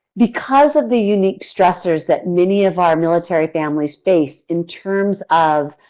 because of the unique stressors that many of our military families face in terms of